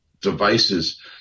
devices